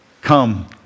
come